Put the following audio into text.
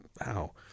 wow